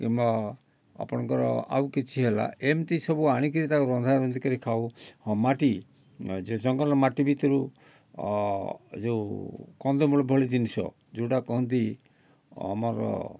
କିମ୍ବା ଆପଣଙ୍କର ଆଉ କିଛି ହେଲା ଏମିତି ସବୁ ଆଣିକି ତାକୁ ରନ୍ଧାରନ୍ଧି କରିକି ଖାଉ ହଁ ମାଟି ଯେ ଜଙ୍ଗଲ ମାଟି ଭିତରୁ ଯେଉଁ କନ୍ଦମୂଳ ଭଳି ଜିନିଷ ଯେଉଁଟା କହନ୍ତି ଆମର